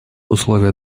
условия